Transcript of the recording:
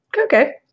Okay